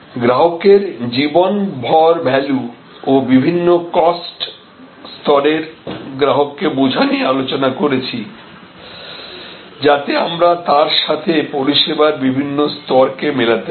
গ্রাহকের জীবন ভর ভ্যালু ও বিভিন্ন কস্ট স্তরের গ্রাহককে বোঝা নিয়ে আলোচনা করেছি যাতে আমরা তার সাথে পরিষেবার বিভিন্ন স্তর কে মেলাতে পারি